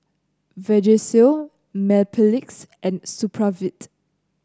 Vagisil Mepilex and Supravit